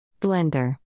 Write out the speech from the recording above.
Blender